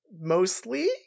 mostly